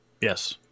Yes